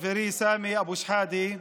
חברי סמי אבו שחאדה,